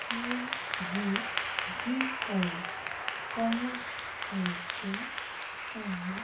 وہ بھی B com commerce line سے اور